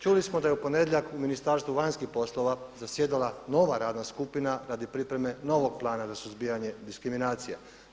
Čuli smo da je u ponedjeljak u Ministarstvu vanjskih poslova zasjedala nova radna skupina radi pripreme novog Plana za suzbijanje diskriminacije.